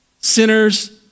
sinners